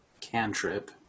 cantrip